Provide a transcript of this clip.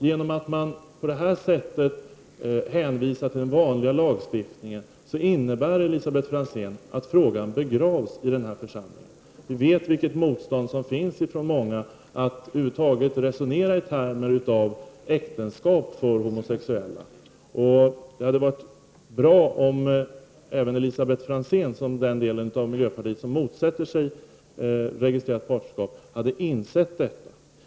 Genom att man hänvisar till den vanliga lagstiftningen innebär detta, Elisabet Franzén, att frågan begravs i denna församling. Vi vet vilket motstånd det finns hos många att över huvud taget resonera i termer av äktenskap för homosexuella. Det hade varit bra om även Elisabet Franzén, som tillhör den del av miljöpartiet som motsätter sig registrerat partnerskap, hade insett detta.